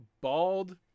bald